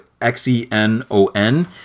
X-E-N-O-N